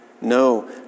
No